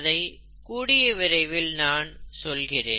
அதை கூடிய விரைவில் நான் சொல்கிறேன்